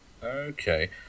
Okay